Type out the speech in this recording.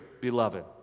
beloved